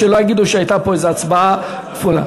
שלא יגידו שהייתה פה איזו הצבעה כפולה.